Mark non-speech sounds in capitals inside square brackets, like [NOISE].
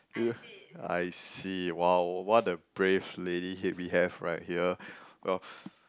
[NOISE] I see !wow! what a brave lady head we have right here [BREATH] well [BREATH]